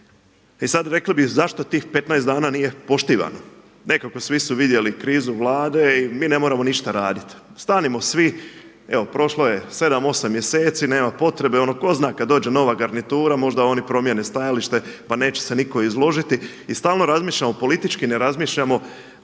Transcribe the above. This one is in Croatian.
I sad, rekli bi zašto tih 15 dana nije poštivano. Nekako svi su vidjeli krizu Vlade i mi ne moramo ništa raditi. Stanimo svi, evo prošlo je 7, 8 mjeseci, nema potrebe. Ono tko zna, kada dođe nova garnitura možda oni promijene stajalište pa neće se nitko izložiti. I stalno razmišljamo, politički ne razmišljamo onako